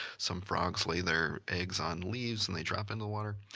some frogs lay their eggs on leaves and they drop in the water.